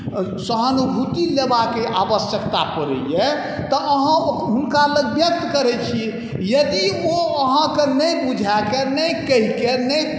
सहानुभूति लेबाके आवश्यकता पड़ैए तऽ अहाँ हुनकालग व्यक्त करै छी यदि ओ अहाँके नहि बुझाके नहि कहिके नहि